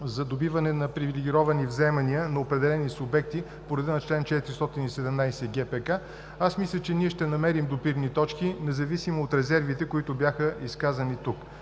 за добиване на привилегировани вземания на определени субекти по реда на чл. 417 от ГПК, мисля, че ние ще намерим допирни точки, независимо от резервите, които бяха изказани тук,